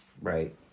Right